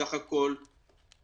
סך כל הביצוע,